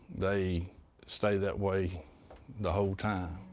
they stayed that way the whole time,